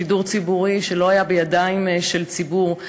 שידור ציבורי שלא היה בידיים של ציבור,